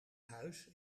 huis